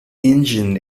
engine